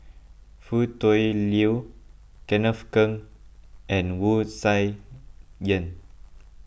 Foo Tui Liew Kenneth Keng and Wu Tsai Yen